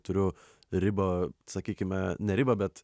turiu ribą sakykime ne ribą bet